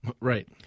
Right